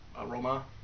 aroma